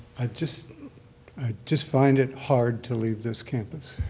i just i just find it hard to leave this campus.